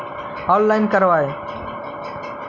Online करवे?